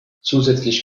zusätzlich